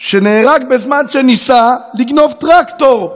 שנהרג בזמן שניסה לגנוב טרקטור.